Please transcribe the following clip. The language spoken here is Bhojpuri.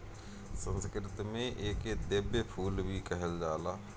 संस्कृत में एके दिव्य फूल भी कहल जाला